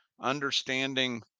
understanding